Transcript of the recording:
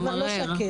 זה כבר לא שקט.